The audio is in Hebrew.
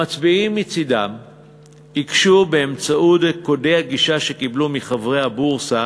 המצביעים מצדם ייגשו באמצעות קודי הגישה שקיבלו מחברי הבורסה